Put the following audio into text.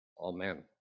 Amen